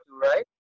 right